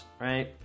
right